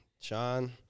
Sean